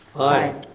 aye.